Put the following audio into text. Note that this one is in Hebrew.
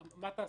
מה תעשה?